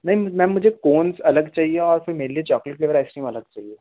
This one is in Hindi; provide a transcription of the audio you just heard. नही मैम मुझे कोन्स अलग चाहिए और फिर मेरे लिए चॉकलेट फ़्लेवर आइसक्रीम अलग चाहिए